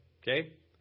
okay